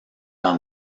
dans